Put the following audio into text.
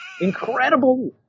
incredible